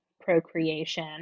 Procreation